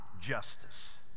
Justice